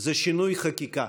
זה שינוי חקיקה.